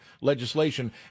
legislation